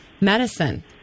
medicine